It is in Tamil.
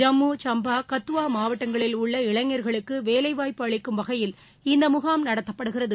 ஜம்மு சும்பா கத்துவா மாவட்டங்களில் உள்ள இளைஞர்களுக்கு வேலைவாய்ப்பு அளிக்கும் வகையில் இந்த முகாம் நடத்தப்படுகிறது